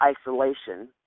isolation